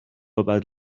about